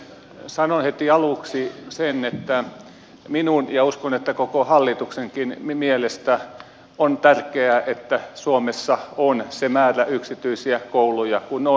sanon heti aluksi sen että minun mielestäni ja uskon että koko hallituksenkin mielestä on tärkeää että suomessa on se määrä yksityisiä kouluja kuin on